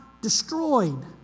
destroyed